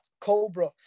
Cobra